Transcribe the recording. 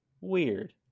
weird